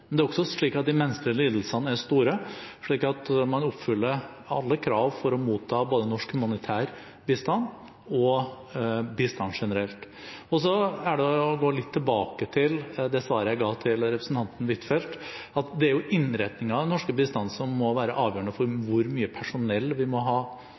Men det er også slik at de menneskelige lidelsene er store, så man oppfyller alle krav for å motta både norsk humanitær bistand og bistand generelt. Så vil jeg gå litt tilbake til det svaret jeg ga til representanten Huitfeldt, at det er innretningen av den norske bistanden som må være avgjørende for hvor mye personell vi må ha